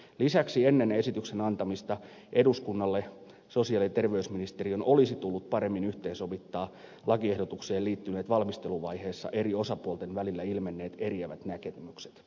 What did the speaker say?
lisäksi ennen esityksen antamista eduskunnalle sosiaali ja terveysministeriön olisi tullut paremmin yhteensovittaa lakiehdotukseen liittyneet valmisteluvaiheessa eri osapuolten välillä ilmenneet eriävät näkemykset